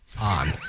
on